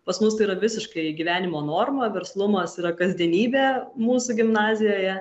pas mus tai yra visiškai gyvenimo norma verslumas yra kasdienybė mūsų gimnazijoje